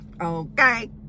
okay